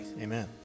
amen